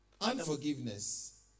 unforgiveness